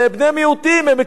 הם מקבלים תמריצים.